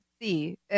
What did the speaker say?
see